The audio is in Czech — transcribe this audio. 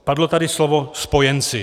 Padlo tady slovo spojenci.